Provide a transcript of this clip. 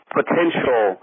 potential